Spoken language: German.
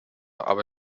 aber